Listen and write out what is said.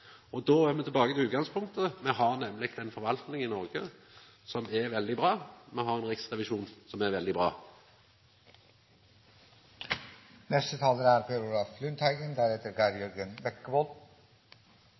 Då er me tilbake til utgangspunktet: Me har ei forvaltning i Noreg som er veldig bra. Me har ein riksrevisjon som er veldig